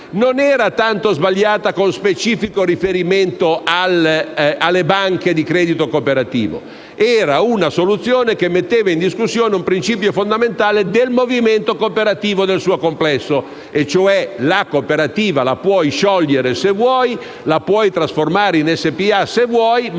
non era tanto sbagliata con specifico riferimento alle banche di credito cooperativo, ma era una soluzione che metteva in discussione un principio fondamentale del movimento cooperativo nel suo complesso: la cooperativa la puoi sciogliere, se vuoi, e la puoi trasformare in SpA, ma,